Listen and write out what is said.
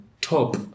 top